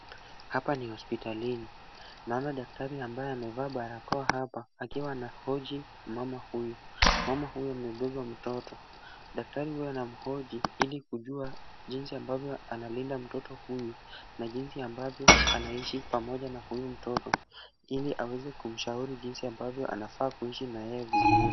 Hapa ni hospitalini. Naona daktari ambaye amevaa barakoa hapa, akiwa anahoji mama huyu. Mama huyu amebeba mtoto. Daktari huyu anamhoji ili kujua jinsi ambavyo analinda mtoto huyu na jinsi ambavyo anaishi pamoja na huyu mtoto, ili aweze kumshauri jinsi ambavyo anafaa kuishi na yeye vizuri.